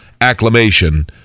acclamation